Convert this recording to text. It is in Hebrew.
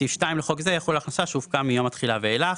סעיף 2 לחוק זה יחול על הכנסה שהופקה מיום התחילה ואילך.